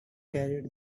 carried